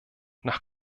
nach